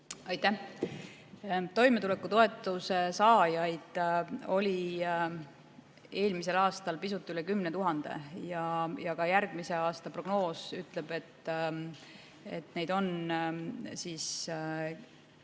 Aitäh! Toimetulekutoetuse saajaid oli eelmisel aastal pisut üle 10 000 ja järgmise aasta prognoos ütleb, et neid on 10